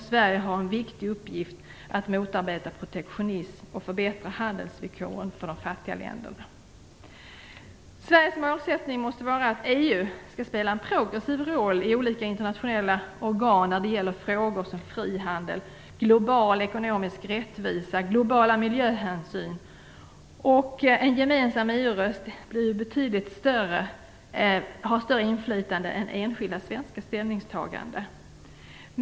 Sverige har en viktig uppgift att motarbeta protektionism och förbättra handelsvillkoren för de fattiga länderna. Sveriges målsättning måste vara att EU skall spela en progressiv roll i olika internationella organ när det gäller frågor som frihandel, global ekonomisk rättvisa, globala miljöhänsyn. En gemensam EU-röst har betydligt större inflytande än enskilda svenska ställningstaganden.